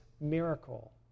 miracle